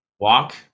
walk